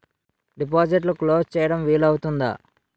డిపాజిట్లు క్లోజ్ చేయడం వీలు అవుతుందా?